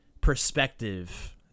perspective